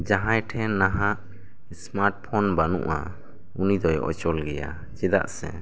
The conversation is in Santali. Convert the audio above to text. ᱡᱟᱦᱟᱸᱭ ᱴᱷᱮᱱ ᱱᱟᱦᱟᱸᱜ ᱥᱢᱟᱴ ᱯᱷᱳᱱ ᱵᱟᱹᱱᱩᱜᱼᱟ ᱩᱱᱤ ᱫᱤᱭ ᱚᱪᱚᱞ ᱜᱮᱭᱟ ᱪᱮᱫᱟᱜ ᱥᱮ